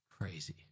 Crazy